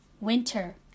winter